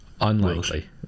unlikely